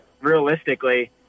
Realistically